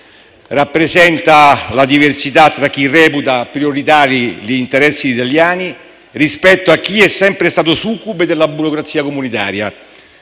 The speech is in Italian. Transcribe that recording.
Rappresenta la diversità tra chi reputa prioritari gli interessi italiani rispetto a chi è sempre stato succube della burocrazia comunitaria.